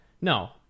no